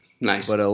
Nice